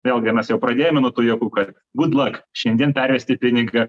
vėlgi mes jau pradėjome nuo tų juokų kad gud lak šiandien pervesti pinigą